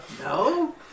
No